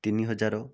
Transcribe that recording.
ତିନି ହଜାର